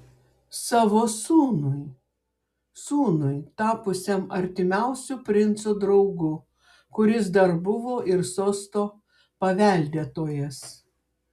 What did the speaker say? savo sūnui sūnui tapusiam artimiausiu princo draugu kuris dar buvo ir sosto paveldėtojas